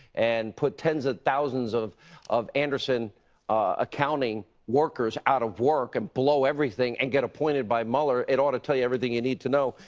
and put tens of thousands of of anderson accounting workers out of work and blow everything and get appointed by mueller, eddie ought to tell you everything you need to know.